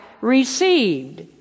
received